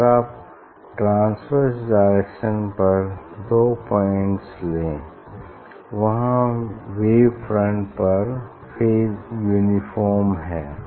अगर आप transverse direction पर दो पॉइंट्स लें वहां वेव फ्रंट पर फेज यूनिफार्म हैं